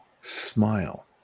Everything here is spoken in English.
smile